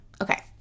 okay